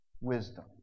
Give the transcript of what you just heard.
wisdom